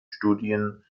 studien